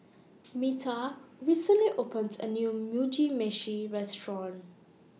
Metha recently opened A New Mugi Meshi Restaurant